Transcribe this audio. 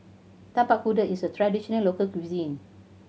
Tapak Kuda is a traditional local cuisine